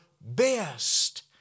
best